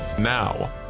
Now